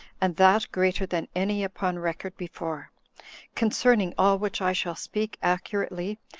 and that greater than any upon record before concerning all which i shall speak accurately,